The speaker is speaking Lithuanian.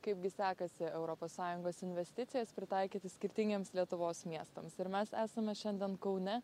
kaip gi sekasi europos sąjungos investicijas pritaikyti skirtingiems lietuvos miestams ir mes esame šiandien kaune